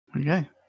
Okay